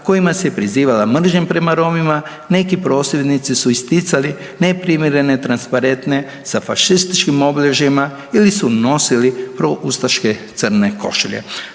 kojima se prizivala mržnja prema Romima, neki prosvjednici su isticali neprimjerene transparente sa fašističkim obilježjima ili su nosili proustaške crne košulje.